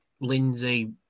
Lindsay